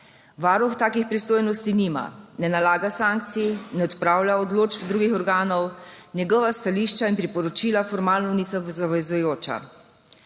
Varuh takih pristojnosti nima, ne nalaga sankcij, ne odpravlja odločb drugih organov, njegova stališča in priporočila formalno niso zavezujoča.